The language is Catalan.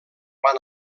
van